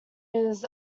his